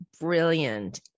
brilliant